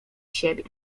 siebie